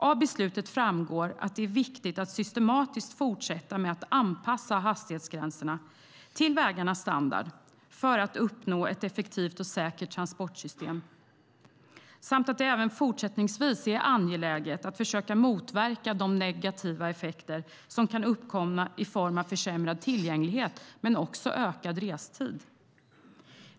Av beslutet framgår att det är viktigt att systematiskt fortsätta med att anpassa hastighetsgränserna till vägarnas standard för att uppnå ett effektivt och säkert transportsystem samt att det även fortsättningsvis är angeläget att försöka motverka de negativa effekter som kan uppkomma i form av försämrad tillgänglighet men också ökad restid.